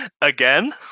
Again